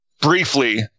briefly